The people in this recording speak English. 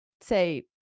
say